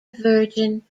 virgin